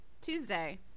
tuesday